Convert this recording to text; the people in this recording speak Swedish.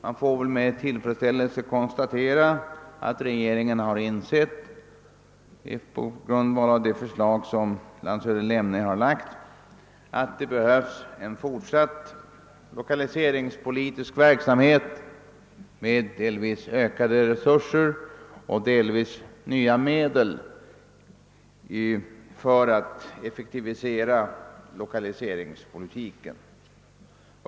Jag konstaterar med tillfredsställelse att regeringen efter förslag av landshövding Lemne har insett, att det behövs en fortsatt lokaliseringspolitisk verksamhet med ökade Tesurser och med nya medel för att effektivisera lokaliseringspolitiken.